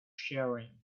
sharing